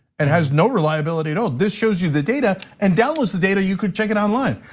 and has no reliability at all. this shows you the data and downloads the data. you could check it online.